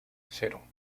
cero